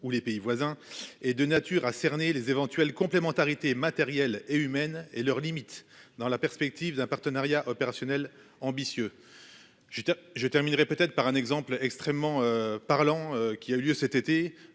ou les pays voisins et de nature à cerner les éventuelles complémentarité matérielles et humaines et leurs limites dans la perspective d'un partenariat opérationnel ambitieux. J'étais je terminerai peut-être par un exemple extrêmement parlant, qui a eu lieu cet été